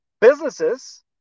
businesses